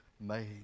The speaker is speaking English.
made